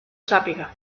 sàpiga